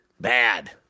bad